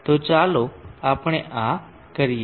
તો ચાલો આપણે આ કરીએ